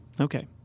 Okay